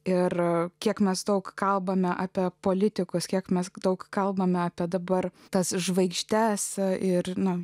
ir kiek mes daug kalbame apie politikus kiek mes daug kalbame apie dabar tas žvaigždes ir nu